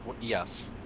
Yes